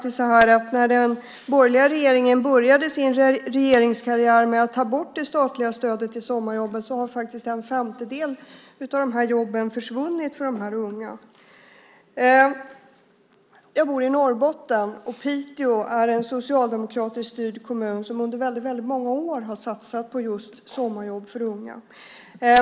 Sedan den borgerliga regeringen började sin regeringskarriär med att ta bort det statliga stödet till sommarjobben har faktiskt en femtedel av jobben försvunnit för de unga. Jag bor i Norrbotten. Piteå är en socialdemokratiskt styrd kommun som under många år har satsat på sommarjobb för unga.